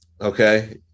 Okay